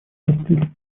постель